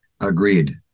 Agreed